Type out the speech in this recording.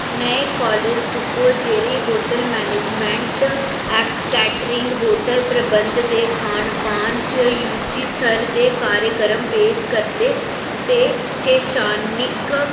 नेह् कालेज तुप्पो जेह्ड़े hotel management and catering hotel प्रबधंन दे खाने पान च यूजी स्तर दे कार्यक्रम पेश करदे ते शैक्षणिक